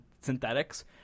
synthetics